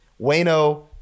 Wayno